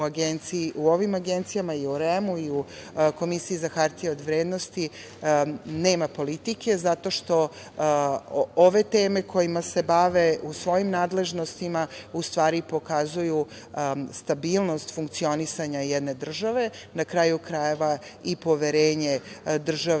u ovim agencijama, i u REM-u i u Komisiji za hartije od vrednosti, nema politike zato što ove teme kojima se bave u svojim nadležnostima u stvari pokazuju stabilnost funkcionisanja jedne države, na kraju krajeva i poverenje države